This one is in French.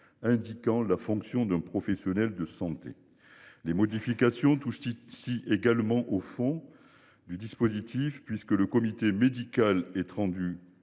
indiquant la fonction d'un professionnel de santé. Les modifications touchent tutsi également au fond. Du dispositif puisque le comité médical être rendus